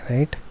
Right